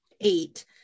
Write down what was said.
eight